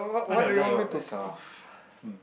i don't like you're very soft hmm